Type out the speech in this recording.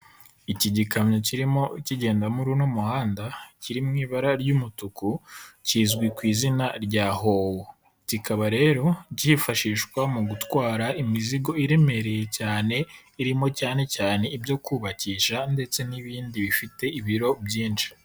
Iki gikamyo kirimo kigenda muri uno muhanda kiri mu ibara ry'umutuku kizwi ku izina rya hoho, kikaba rero kifashishwa mu gutwara imizigo iremereye cyane irimo cyane cyane ibyo kubakisha ndetse n'ibindi bifite ibiro byinshi.